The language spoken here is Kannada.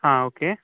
ಹಾಂ ಓಕೆ